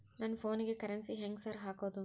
ನನ್ ಫೋನಿಗೆ ಕರೆನ್ಸಿ ಹೆಂಗ್ ಸಾರ್ ಹಾಕೋದ್?